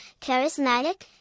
charismatic